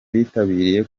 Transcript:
bitabiriye